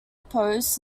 opposed